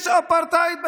יש אפרטהייד בנגב,